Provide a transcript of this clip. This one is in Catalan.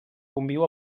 conviu